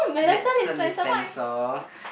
medicine dispenser